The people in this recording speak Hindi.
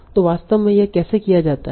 तो वास्तव में यह कैसे किया जाता है